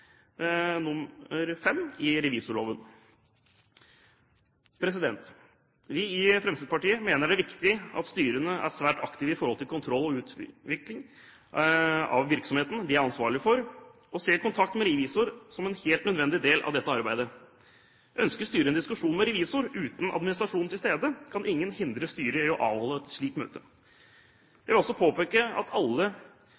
i revisorloven. Vi i Fremskrittspartiet mener det er viktig at styrene er svært aktive i forhold til kontroll og utvikling av virksomheten de er ansvarlig for, og ser kontakt med revisor som en helt nødvendig del av dette arbeidet. Ønsker styret en diskusjon med revisor uten administrasjonen til stede, kan ingen hindre styret i å avholde et slikt møte.